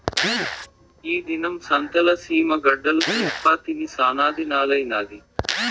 ఈ దినం సంతల సీమ గడ్డలు తేప్పా తిని సానాదినాలైనాది